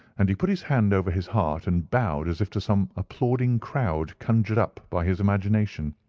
and he put his hand over his heart and bowed as if to some applauding crowd conjured up by his imagination.